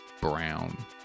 brown